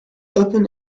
upon